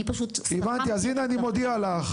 אני מודיע לך